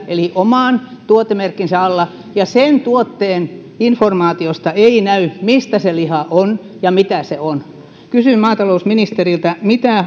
eli oman tuotemerkkinsä alla ja sen tuotteen informaatiosta ei näy mistä se liha on ja mitä se on kysyn maatalousministeriltä mitä